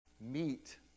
meet